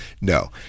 no